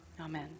Amen